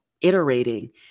iterating